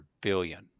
billion